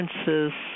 differences